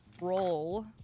Roll